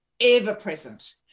ever-present